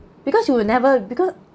because you will never because